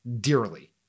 dearly